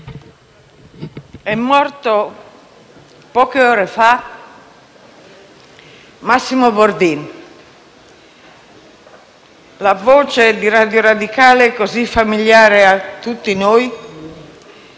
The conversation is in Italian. è morto poche ore fa Massimo Bordin, la voce di Radio Radicale, così familiare a tutti noi e